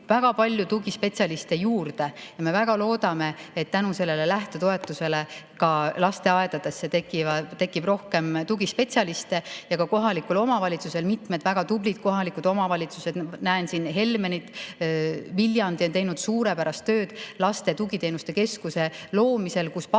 väga palju tugispetsialiste juurde. Me väga loodame, et tänu sellele lähtetoetusele ka lasteaedadesse tuleb rohkem tugispetsialiste. [Meil on] mitmed väga tublid kohalikud omavalitsused. Ma näen siin Helmenit, Viljandi on teinud suurepärast tööd laste tugiteenuste keskuse loomisel, kus pakutakse